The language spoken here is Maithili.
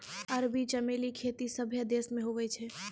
अरबी चमेली खेती सभ्भे देश मे हुवै छै